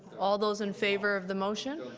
all those in favor of the motion